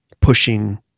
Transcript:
pushing